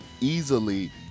easily